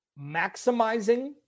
maximizing